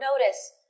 notice